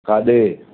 काॾे